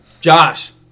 josh